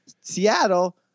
Seattle